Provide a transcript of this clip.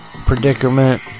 predicament